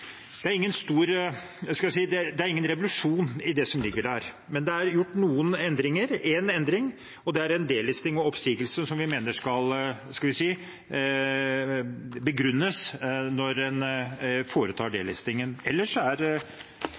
Det er ingen revolusjon i det som ligger der, men det er gjort én endring, og det gjelder «delisting» og oppsigelser. Vi mener det skal begrunnes når man foretar en «delisting». Ellers er